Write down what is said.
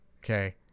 Okay